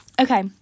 okay